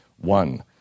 One